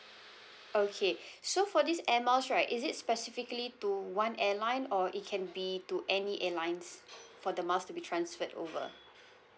okay so for this air miles right is it specifically to one airline or it can be to any airlines for the miles to be transferred over